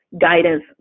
guidance